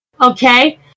okay